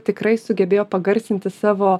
tikrai sugebėjo pagarsinti savo